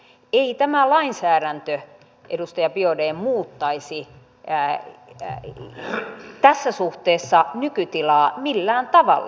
ei tämä lainsäädäntö edustaja biaudet muuttaisi tässä suhteessa nykytilaa millään tavalla